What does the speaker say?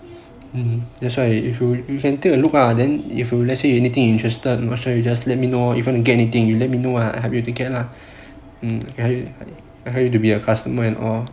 mm that's why you can take a look lah then if let's say if anything you interested moisture you just let me know if you want to get anything you let me know I help you to get lah I help you to be a customer and all